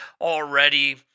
already